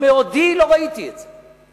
מעודי לא ראיתי את זה.